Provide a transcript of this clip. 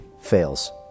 fails